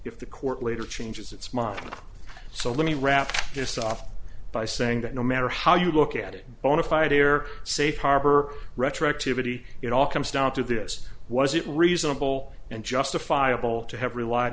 if the court later changes its mind so let me wrap this off by saying that no matter how you look at it bonafide here safe harbor retroactivity it all comes down to this was it reasonable and justifiable to have relied